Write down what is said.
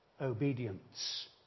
obedience